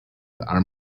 are